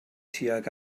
tuag